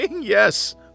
Yes